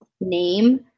name